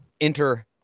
Enter